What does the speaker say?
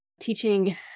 teaching